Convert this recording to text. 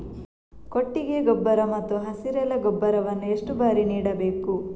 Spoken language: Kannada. ಕೊಟ್ಟಿಗೆ ಗೊಬ್ಬರ ಮತ್ತು ಹಸಿರೆಲೆ ಗೊಬ್ಬರವನ್ನು ಎಷ್ಟು ಬಾರಿ ನೀಡಬೇಕು?